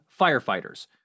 firefighters